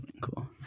cool